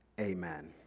amen